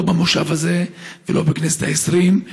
לא במושב הזה ולא בכנסת העשרים,